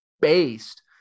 based